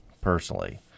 personally